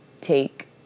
take